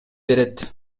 берет